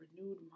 renewed